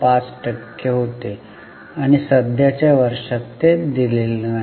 5 टक्के होते आणि सध्याच्या वर्षांत ते दिलेले नाही